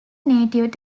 native